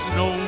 no